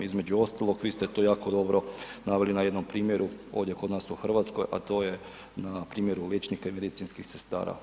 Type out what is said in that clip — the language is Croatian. Između ostalog, vi ste to jako dobro naveli na jednom primjeru ovdje kod nas u Hrvatskoj, a to je na primjeru liječnika i medicinskih sestara.